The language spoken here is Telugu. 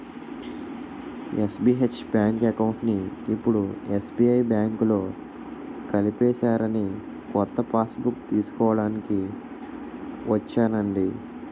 ఎస్.బి.హెచ్ బాంకు అకౌంట్ని ఇప్పుడు ఎస్.బి.ఐ బాంకులో కలిపేసారని కొత్త పాస్బుక్కు తీస్కోడానికి ఒచ్చానండి